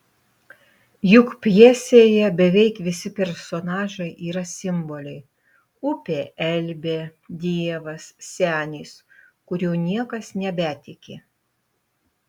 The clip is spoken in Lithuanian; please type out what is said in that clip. juk pjesėje beveik visi personažai yra simboliai upė elbė dievas senis kuriuo niekas nebetiki